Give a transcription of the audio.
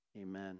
Amen